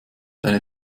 deine